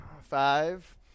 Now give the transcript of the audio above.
Five